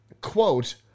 quote